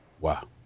Wow